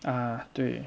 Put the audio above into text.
ah 对